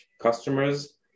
customers